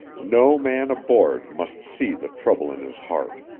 no man aboard must see the trouble in his heart.